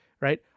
right